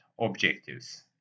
objectives